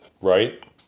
Right